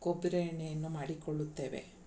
ಕೊಬ್ಬರಿ ಎಣ್ಣೆಯನ್ನು ಮಾಡಿಕೊಳ್ಳುತ್ತೇವೆ